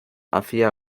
hacia